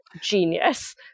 genius